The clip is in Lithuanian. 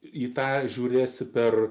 į tai žiūrėsi per